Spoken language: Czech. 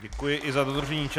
Děkuji i za dodržení času.